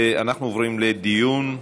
אנחנו עוברים לדיון,